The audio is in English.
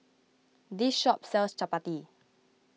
this shop sells Chappati